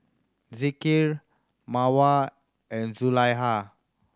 Zikri Mawar and Zulaikha